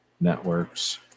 networks